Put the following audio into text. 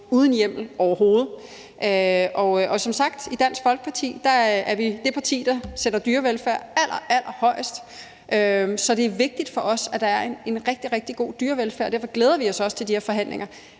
uden hjemmel overhovedet. Som sagt er Dansk Folkeparti det parti, der sætter dyrevelfærd allerallerhøjest, så det er vigtigt for os, at der er en rigtig, rigtig god dyrevelfærd. Derfor glæder vi os også til de her forhandlinger,